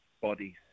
bodies